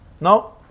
No